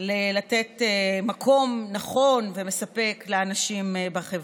לתת מקום נכון ומספק לאנשים בחברה.